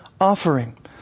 offering